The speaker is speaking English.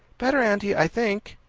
better, auntie, i think.